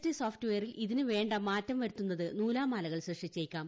T സോഫ്റ്റ് വെയറിൽ ഇതിനുവേണ്ട മാറ്റം വരുത്തുന്നത് നൂലാമാലകൾ സൃഷ്ടിച്ചേക്കാം